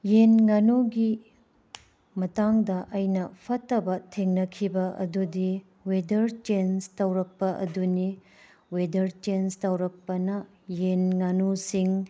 ꯌꯦꯟ ꯉꯥꯅꯨꯒꯤ ꯃꯇꯥꯡꯗ ꯑꯩꯅ ꯐꯠꯇꯕ ꯊꯦꯡꯅꯈꯤꯕ ꯑꯗꯨꯗꯤ ꯋꯦꯗꯔ ꯆꯦꯟꯖ ꯇꯧꯔꯛꯄ ꯋꯦꯗꯔ ꯆꯦꯟꯖ ꯇꯧꯔꯛꯄꯅ ꯌꯦꯟ ꯉꯥꯅꯨꯁꯤꯡ